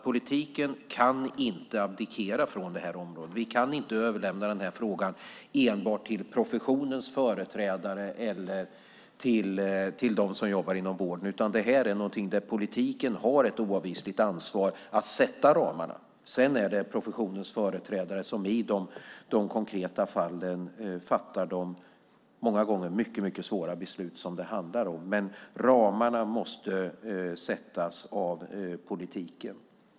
Politiken kan inte abdikera från det här området. Vi kan inte överlämna den här frågan enbart till professionens företrädare eller till dem som jobbar inom vården. Det här är någonting där vi i politiken har ett oavvisligt ansvar att sätta ramarna. Sedan är det professionens företrädare som i de konkreta fallen fattar de många gånger mycket svåra beslut som det handlar om. Men ramarna måste sättas av politiken.